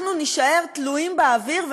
אנחנו נישאר תלויים באוויר.